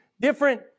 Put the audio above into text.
different